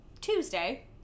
Tuesday